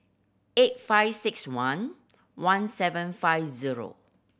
eight five six one one seven five zero